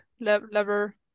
lever